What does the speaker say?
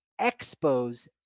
Expos